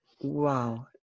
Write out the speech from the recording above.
Wow